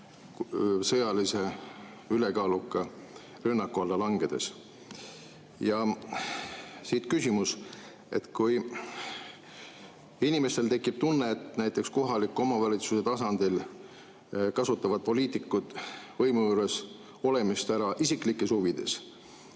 sõjalise ülekaaluka rünnaku alla langedes. Siit küsimus. Kui inimestel tekib tunne, et näiteks kohaliku omavalitsuse tasandil kasutavad poliitikud võimu juures olemist ära isiklikes huvides,